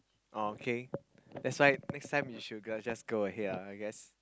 okay that's why next time you should go just go ahead ah I guess